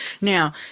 Now